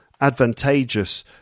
advantageous